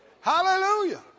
Hallelujah